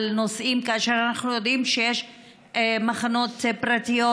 נושאים כאשר אנחנו יודעים שיש מחנות פרטיים,